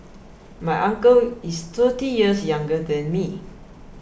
my uncle is thirty years younger than me